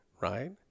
right